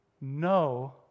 no